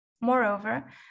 Moreover